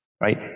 right